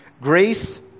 grace